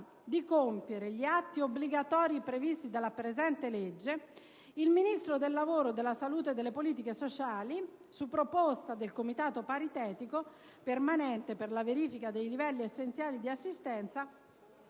di compiere gli atti obbligatori previsti dalla presente legge, il Ministro del lavoro, della salute e delle politiche sociali, su proposta del Comitato paritetico permanente per la verifica dei livelli essenziali di assistenza,